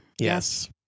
Yes